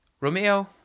Romeo